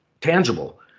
tangible